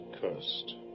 cursed